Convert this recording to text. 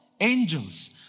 Angels